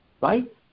right